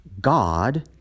God